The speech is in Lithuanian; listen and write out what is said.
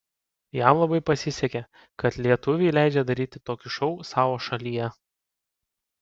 jam labai pasisekė kad lietuviai leidžia daryti tokį šou savo šalyje